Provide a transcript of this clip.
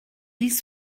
ils